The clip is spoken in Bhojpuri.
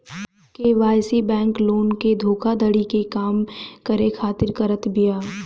के.वाई.सी बैंक लोगन के धोखाधड़ी के कम करे खातिर करत बिया